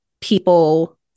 people